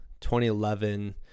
2011